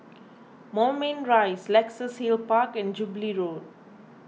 Moulmein Rise Luxus Hill Park and Jubilee Road